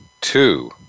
two